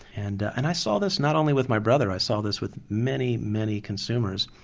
and and i saw this, not only with my brother, i saw this with many, many consumers,